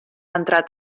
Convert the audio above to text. entrat